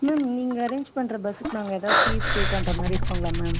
ma'am நீங்கள் arrange பண்ணுற பஸ்ஸுக்கு நாங்கள் ஏதாவது ஃபீஸ் பே பண்ணுற மாதிரி இருக்குங்களா மேம்